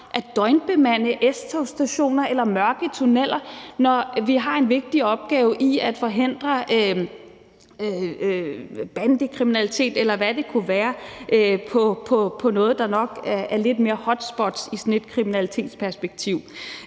at døgnbemande S-togsstationer eller mørke tunneler, når vi har en vigtig opgave i at forhindre bandekriminalitet, eller hvad det kunne være, der nok er lidt mere et hotspot i sådan et kriminalitetsperspektiv.